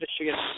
Michigan